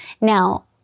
Now